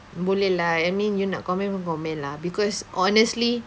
boleh lah I mean you nak comment pun comment lah because honestly